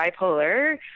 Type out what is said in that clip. bipolar